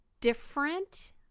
different